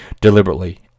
deliberately